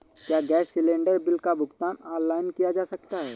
क्या gas cylinder bill का भुगतान ऑनलाइन किया जा सकता है?